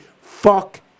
fuck